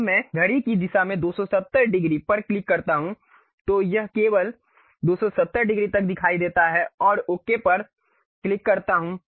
जब मैं घड़ी की दिशा में 270 डिग्री पर क्लिक करता हूं तो यह केवल 270 डिग्री तक दिखाई देता है और ओके पर क्लिक करता हूं